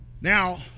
Now